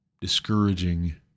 discouraging